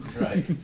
Right